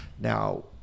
Now